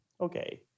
Okay